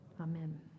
Amen